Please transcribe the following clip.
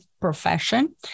profession